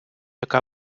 яка